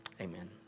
Amen